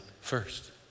first